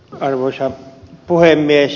arvoisa puhemies